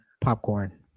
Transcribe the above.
popcorn